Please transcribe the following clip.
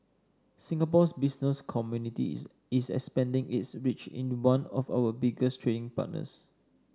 Singapore's business community is is expanding its reach in one of our biggest trading partners